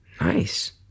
Nice